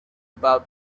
about